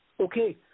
okay